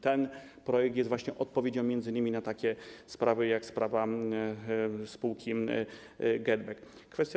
Ten projekt jest właśnie odpowiedzią m.in. na takie sprawy, jak sprawa spółki GetBack.